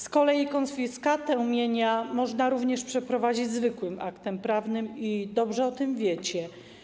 Z kolei konfiskatę mienia można również przeprowadzić zwykłym aktem prawnym i dobrze o tym wiecie.